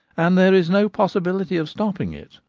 and there is no possibility of stopping it.